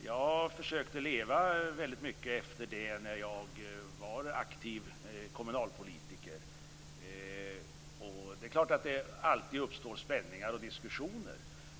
Jag försökte leva väldigt mycket efter det när jag var aktiv kommunalpolitiker. Det är klart att det alltid uppstår spänningar och diskussioner.